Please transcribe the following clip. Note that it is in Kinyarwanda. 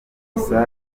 misa